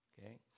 okay